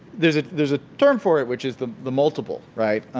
there's there's a term for it, which is the the multiple, right?